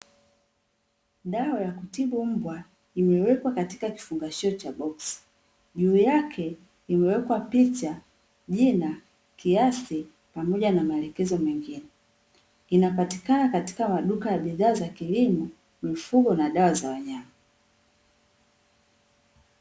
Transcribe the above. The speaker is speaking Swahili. Dawa ya kutibu mbwa imewekwa katika kifungashio cha boksi juu yake imewekwa picha, jina, kiasi pamoja na maelekezo mengine. Inapatikana katika maduka ya bidhaa za kilimo, mifugo na dawa za wanyama.